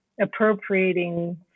appropriating